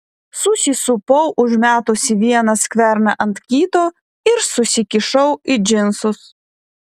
susisupau užmetusi vieną skverną ant kito ir susikišau į džinsus